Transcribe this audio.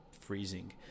freezing